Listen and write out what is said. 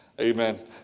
Amen